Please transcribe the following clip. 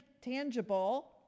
tangible